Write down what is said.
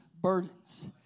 burdens